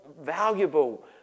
valuable